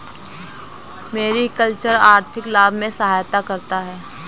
mariculture आर्थिक लाभ में सहायता करता है